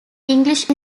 english